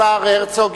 השר הרצוג,